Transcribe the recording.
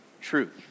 truth